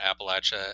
Appalachia